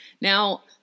Now